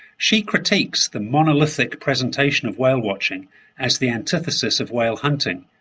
she critiques the, monolithic presentation of whale-watching as the antithesis of whale hunting,